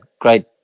Great